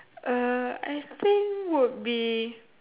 uh I think would be